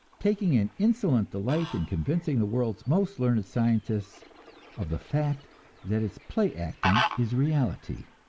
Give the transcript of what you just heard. taking an insolent delight in convincing the world's most learned scientists of the fact that its play-acting is reality.